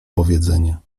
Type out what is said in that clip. powiedzenie